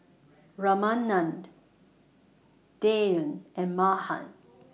Ramanand Dhyan and Mahan